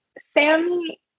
Sammy